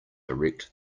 erect